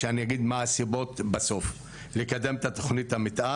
שאני אגיד מהן הסיבות בסוף לקדם את תוכנית המתאר.